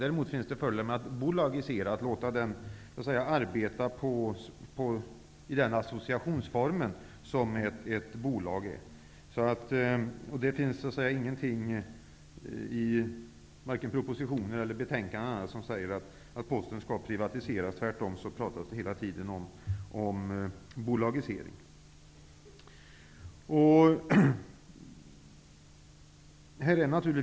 Däremot finns det fördelar med att bolagisera och låta den arbeta i den associationsform som ett bolag är. Det finns ingenting, varken i propositionen eller i betänkandet, som säger att Posten skall privatiseras. Tvärtom pratas det hela tiden om en bolagisering.